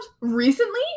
recently